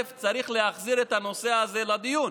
צריך להחזיר את הנושא הזה לדיון,